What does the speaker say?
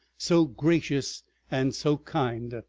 so gracious and so kind.